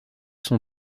sont